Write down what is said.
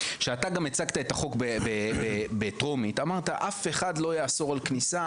כשאתה גם הצגת את החוק בטרומית אמרת שאף אחד לא יאסור על כניסה,